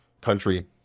country